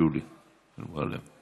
שולי מועלם.